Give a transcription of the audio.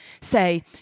say